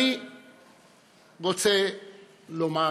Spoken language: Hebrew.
אני רוצה לומר